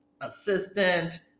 assistant